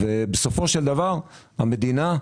המדינה,